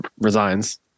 resigns